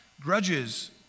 Grudges